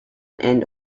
and